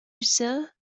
sir